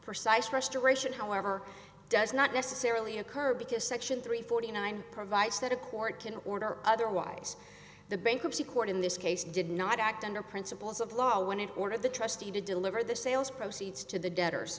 for cites restoration however does not necessarily occur because section three forty nine provides that a court can order otherwise the bankruptcy court in this case did not act under principles of law when it ordered the trustee to deliver the sales proceeds to the debtors